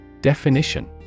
Definition